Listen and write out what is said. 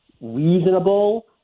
reasonable